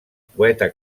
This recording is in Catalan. poeta